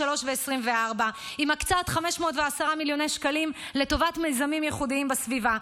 ו-2024 עם הקצאת 510 מיליון שקלים לטובת מיזמים ייחודיים בסביבה.